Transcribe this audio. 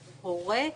הורה,